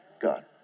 God